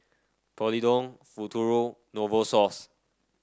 Polident Futuro Novosource